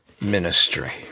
ministry